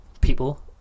people